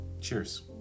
Cheers